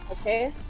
Okay